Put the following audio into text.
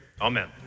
amen